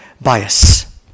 bias